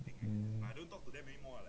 mm